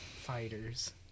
fighters